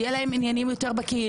יהיה להם עניינים יותר בקהילה,